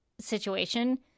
situation